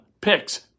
picks